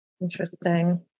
Interesting